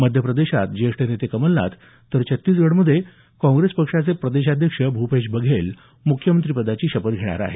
मध्यप्रदेशात ज्येष्ठ नेते कमलनाथ तर छत्तीसगढमध्ये पक्षाचे प्रदेशाध्यक्ष भूपेश बघेल मुख्यमंत्रिपदाची शपथ घेणार आहेत